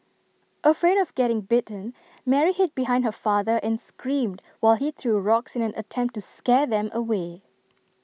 afraid of getting bitten Mary hid behind her father and screamed while he threw rocks in an attempt to scare them away